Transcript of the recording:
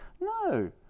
No